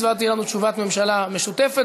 יש לנו הצעה נוספת,